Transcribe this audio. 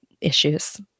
issues